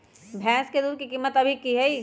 भैंस के दूध के कीमत अभी की हई?